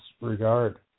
regard